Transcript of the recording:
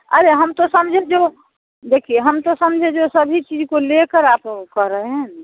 अरे हम तो समझे जो देखिए हम तो समझे जो सभी चीज को ले कर आप कह रहे हैं